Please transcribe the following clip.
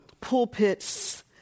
pulpits